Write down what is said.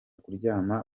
kuryama